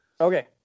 Okay